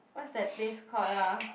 what's that place called ah